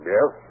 Yes